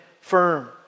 firm